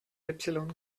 epsilon